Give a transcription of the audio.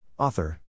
Author